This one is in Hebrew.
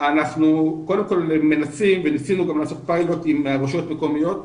אנחנו מנסים וניסינו גם לעשות פיילוטים עם הרשויות המקומיות.